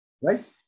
right